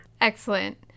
Excellent